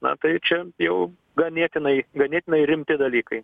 na tai čia jau ganėtinai ganėtinai rimti dalykai